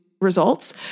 Results